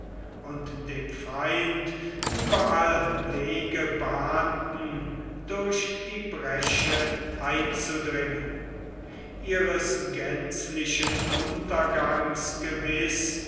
und dem feind überall wege bahnten durch die bresche einzudringen ihres gänzlichen untergangs gewiß